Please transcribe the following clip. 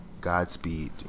Godspeed